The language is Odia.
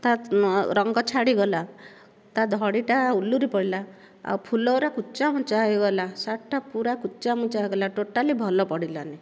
ତା ରଙ୍ଗ ଛାଡ଼ିଗଲା ତା ଧଡ଼ିଟା ଉଲୁରି ପଇଲା ଆଉ ଫୁଲଗୁଡ଼ାକ କୁଚାମୁଚା ହୋଇଗଲା ଶାଢ଼ୀଟା ପୁରା କୁଚାମୁଚା ହୋଇଗଲା ଟୋଟାଲି ଭଲ ପଡ଼ିଲାନି